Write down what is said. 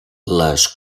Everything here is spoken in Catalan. les